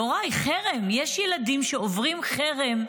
יוראי, יש ילדים שעוברים חרם,